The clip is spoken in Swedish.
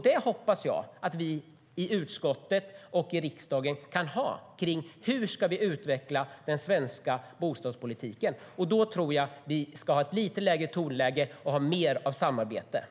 Det hoppas jag att vi i utskottet och i riksdagen kan ha när det gäller hur vi ska utveckla den svenska bostadspolitiken. Då tror jag att vi ska ha ett lite lägre tonläge och mer av samarbete.